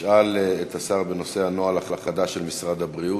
ישאל את השר בנושא: הנוהל החדש של משרד הבריאות,